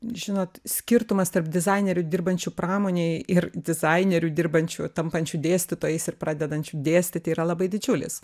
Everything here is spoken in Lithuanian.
žinot skirtumas tarp dizainerių dirbančių pramonėj ir dizainerių dirbančių tampančių dėstytojais ir pradedančių dėstyti yra labai didžiulis